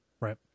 right